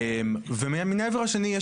מהעבר השני,